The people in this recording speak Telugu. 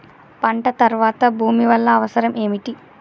పంట తర్వాత భూమి వల్ల అవసరం ఏమిటి?